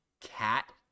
Cat